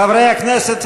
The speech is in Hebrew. חברי הכנסת,